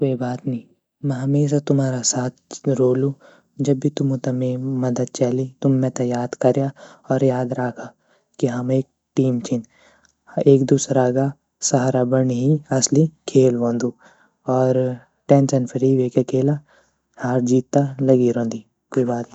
क्वे बात नी में हमेशा तुम्हारा साथ रोलू जब भी तुमु त में मदद चेली तुम में त याद करयाँ और याद राखा की हम एक टीम छीन और एक दूसरा ग सहारा बणी असली खेल वंदु और टेंशन फ्री वे के खेला हार जीत त लगी रौंदी क्वे बात नी।